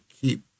keep